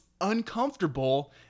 uncomfortable